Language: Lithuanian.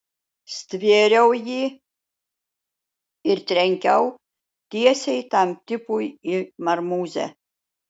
stvėriau jį ir trenkiau tiesiai tam tipui į marmūzę